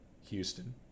Houston